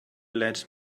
let